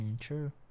true